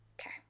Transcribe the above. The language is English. Okay